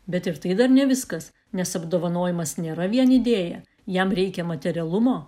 bet ir tai dar ne viskas nes apdovanojimas nėra vien idėja jam reikia materialumo